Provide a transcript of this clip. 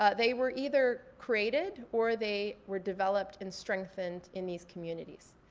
ah they were either created or they were developed and strengthened in these communities.